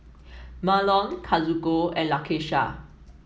Marlon Kazuko and Lakesha